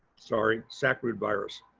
sorry, sacbrood virus.